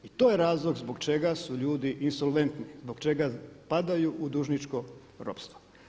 I to je razlog zbog čega su ljudi insolventni, zbog čega padaju u dužničko ropstvo.